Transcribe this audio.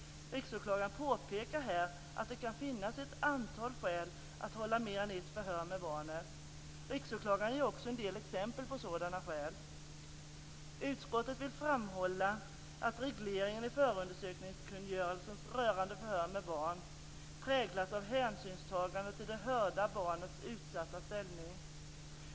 Riksåklagaren påpekar här att det kan finnas ett antal skäl att hålla mer än ett förhör med barnet. Riksåklagaren ger också en del exempel på sådana skäl. Utskottet vill framhålla att regleringen i förundersökningskungörelsen rörande förhör med barn präglas av hänsynstagande till det hörda barnets utsatta ställning.